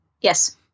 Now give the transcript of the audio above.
Yes